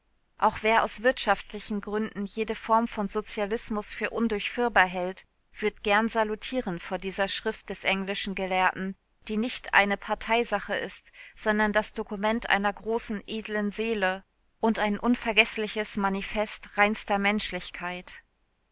auch wer aus wirtschaftlichen gründen jede form von sozialismus für undurchführbar hält wird gern salutieren vor dieser schrift des englischen gelehrten die nicht eine parteisache ist sondern das dokument einer großen edlen seele und ein unvergeßliches manifest reinster menschlichkeit